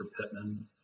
Pittman